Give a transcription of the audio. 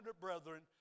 brethren